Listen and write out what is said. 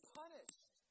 punished